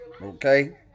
Okay